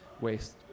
waste